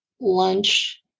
lunch